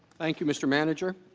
thank you mr. manager